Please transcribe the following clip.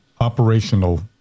operational